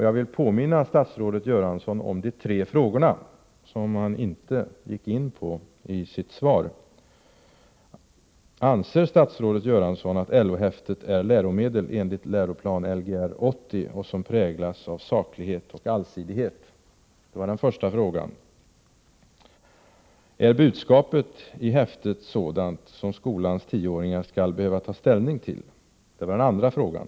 Jag vill påminna statsrådet Göransson om de tre frågor som han inte gick in på i sitt svar: Anser statsrådet Göransson att LO-häftet är läromedel enligt läroplanen Lgr 80 och att det präglas av saklighet och allsidighet? Det var den första frågan. Är budskapet i häftet sådant som skolans tioåringar skall behöva ta ställning till? Det var den andra frågan.